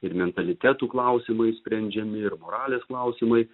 ir mentalitetų klausimai sprendžiami ir moralės klausimai